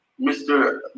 Mr